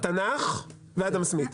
התנ"ך ואדם סמית.